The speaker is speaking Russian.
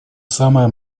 самое